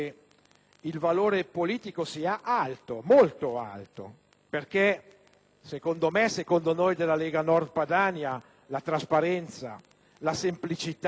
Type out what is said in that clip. suo valore politico sia alto, molto alto, perché secondo noi della Lega Nord Padania la trasparenza, la semplicità,